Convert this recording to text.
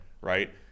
Right